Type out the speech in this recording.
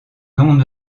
non